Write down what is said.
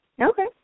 Okay